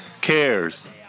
cares